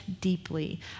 deeply